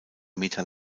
meter